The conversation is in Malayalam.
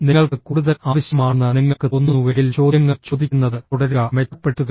നിങ്ങൾക്ക് കൂടുതൽ ആവശ്യമാണെന്ന് നിങ്ങൾക്ക് തോന്നുന്നുവെങ്കിൽ ചോദ്യങ്ങൾ ചോദിക്കുന്നത് തുടരുക മെച്ചപ്പെടുത്തുക